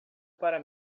para